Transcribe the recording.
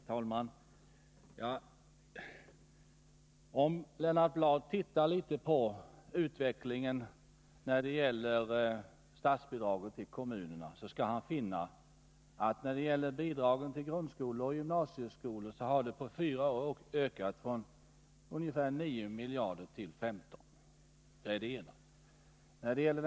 Herr talman! Om Lennart Bladh ser litet på utvecklingen när det gäller statsbidraget till kommunerna så skall han finna att bidragen till grundskolor och gymnasieskolor på fyra år har ökat från ungefär 9 miljarder till 15 miljarder.